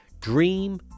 Dream